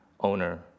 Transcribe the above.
owner